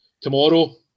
tomorrow